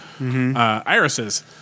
irises